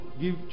give